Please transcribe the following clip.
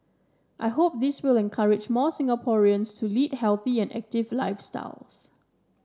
I hope this will encourage more Singaporeans to lead healthy and active lifestyles